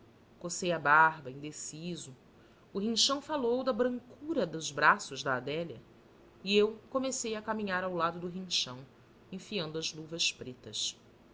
cocei a barba indeciso o rinchão falou da brancura dos braços da adélia e eu comecei a caminhar ao lado do rinchão enfiando as luvas pretas